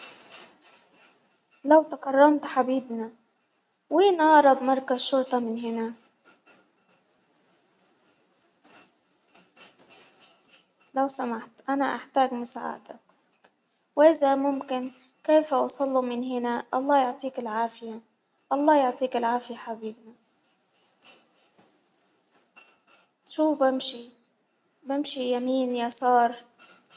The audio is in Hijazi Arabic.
لو تكرمت حبيبنا، وين أأرب مركز شرطة من هنا؟ لو سمحت أنا أحتاج مساعدة، وإذا ممكن كيف أوصلوا من هنا؟ الله يعطيك العافية، الله يعطيكوا العافية حبيبنا، بمشي يمين ،يسار.